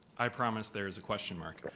i promise there is a question mark.